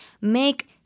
make